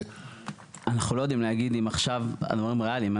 אנחנו לא יודעים להגיד אם עכשיו הדברים ראליים.